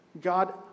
God